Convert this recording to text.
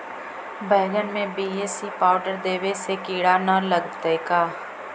बैगन में BAC powder देबे से किड़ा न लगतै का?